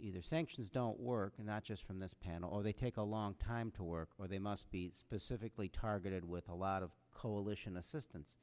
either sanctions don't work and not just from this panel or they take a long time to work or they must be specifically targeted with a lot of coalition assistance